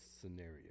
scenario